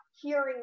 hearing